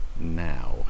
now